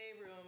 room